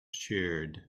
cheered